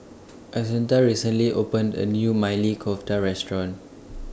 Assunta recently opened A New Maili Kofta Restaurant